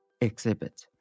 exhibit